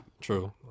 true